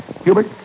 Hubert